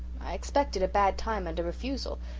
i expected a bad time and a refusal.